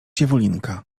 dziewulinka